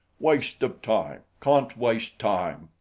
waste of time. can't waste time.